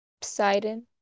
Poseidon